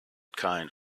kind